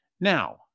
Now